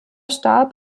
starb